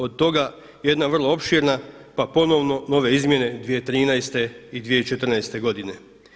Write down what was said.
Od toga jedna vrlo opširna, pa ponovno nove izmjene 2013. i 2014. godine.